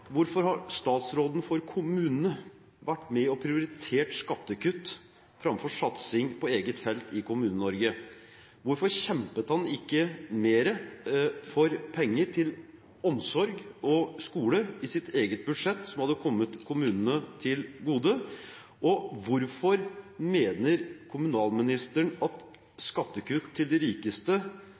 Hvorfor har statsråden for kommunene vært med og prioritert skattekutt framfor satsing på eget felt i Kommune-Norge? Hvorfor kjempet han ikke mer for penger til omsorg og skole i sitt eget budsjett, som hadde kommet kommunene til gode? Og hvorfor mener kommunalministeren at skattekutt til de rikeste,